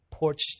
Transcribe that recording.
porch